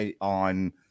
on